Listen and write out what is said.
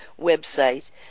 website